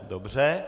Dobře.